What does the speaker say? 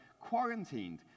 quarantined